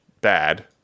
bad